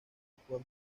actual